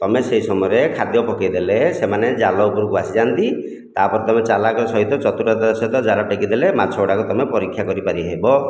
ତୁମେ ସେହି ସମୟରେ ଖାଦ୍ୟ ପକାଇଦେଲେ ସେମାନେ ଜାଲ ଉପରକୁ ଆସିଯାଆନ୍ତି ତାପରେ ତୁମେ ଚାଲାକ ସହିତ ଚତୁରତାର ସହିତ ଜାଲ ଟେକି ଦେଲେ ମାଛ ଗୁଡ଼ାକ ତୁମେ ପରୀକ୍ଷା କରିପାରି ହେବ